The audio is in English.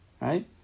right